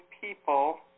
people